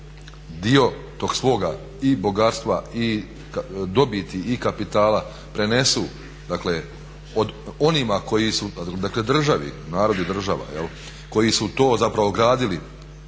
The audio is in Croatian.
dio tog svoga i bogatstva i dobiti i kapitala prenesu, dakle onima koji su, dakle državi. Narod je država koji su to zapravo gradili